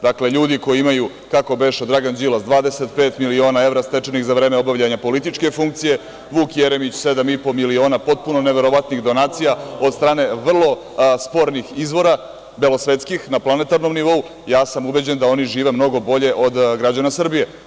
Dakle, ljudi koji imaju, kako beše, Dragan Đilas 25 miliona evra stečenih za vreme obavljanja političke funkcije, Vuk Jeremić 7,5 miliona potpuno neverovatnih donacija od strane vrlo spornih izvora, belosvetskih na planetarnom nivou, ja sam ubeđen da oni žive mnogo bolje od građana Srbije.